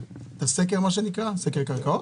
מה שנקרא סקר קרקעות?